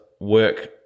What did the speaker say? work